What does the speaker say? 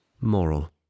Moral